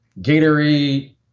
Gatorade